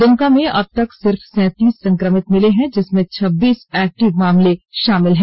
दुमका में अब तक सिर्फ सैंतीस संक्रमित मिले हैं जिसमें छब्बीस एक्टिव मामले शामिल हैं